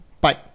Bye